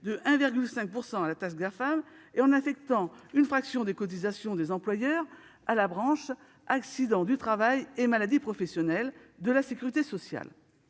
de 1,5 % à la taxe Gafam et en affectant une fraction des cotisations des employeurs à la branche accidents du travail et maladies professionnelles de la sécurité sociale.